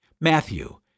Matthew